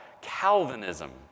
Calvinism